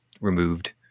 removed